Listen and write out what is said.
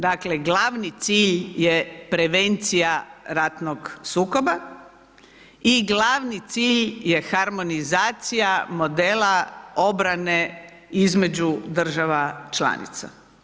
Dakle, glavni cilj je prevencija ratnog sukoba i glavni cilj je harmonizacija modela obrane između država članica.